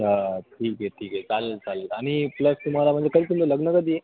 हां हां ठीक आहे ठीक आहे चालेल चालेल आणि प्लस तुम्हाला म्हणजे कधी तुमलं लग्न कधी आहे